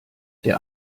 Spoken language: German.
der